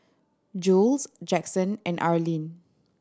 Jules Jaxon and Arlin